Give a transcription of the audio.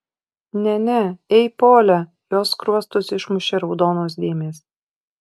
ne ne ei pole jos skruostus išmušė raudonos dėmės